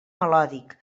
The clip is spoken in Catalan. melòdic